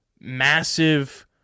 massive